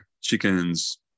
chickens